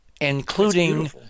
including